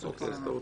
אני